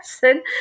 person